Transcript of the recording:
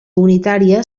unitària